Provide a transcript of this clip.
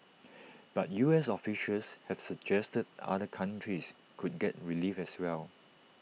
but U S officials have suggested other countries could get relief as well